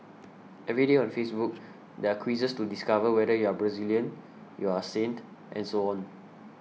every day on Facebook there are quizzes to discover whether you are Brazilian you are a saint and so on